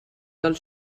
del